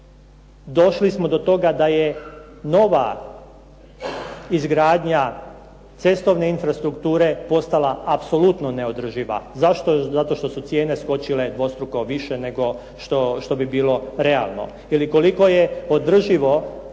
došli smo do toga da je nova izgradnja cestovne infrastrukture postala apsolutno neodrživa. Zašto? Zato što su cijene skočile dvostruko više nego što bi bilo realno.